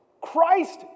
Christ